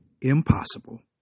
impossible